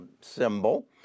symbol